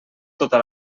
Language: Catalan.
tota